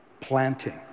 planting